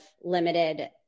limited